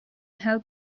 help